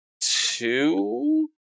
two